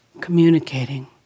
communicating